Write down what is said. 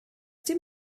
dim